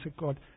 god